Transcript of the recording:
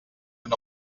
una